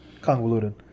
convoluted